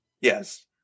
Yes